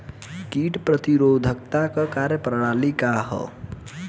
कीट प्रतिरोधकता क कार्य प्रणाली का ह?